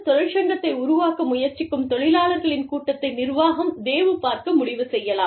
தொழிற்சங்கத்தை உருவாக்க முயற்சிக்கும் தொழிலாளர்களின் கூட்டத்தை நிர்வாகம் வேவு பார்க்க முடிவு செய்யலாம்